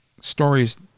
stories